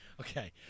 Okay